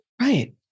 Right